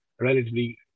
relatively